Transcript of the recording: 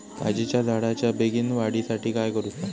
काजीच्या झाडाच्या बेगीन वाढी साठी काय करूचा?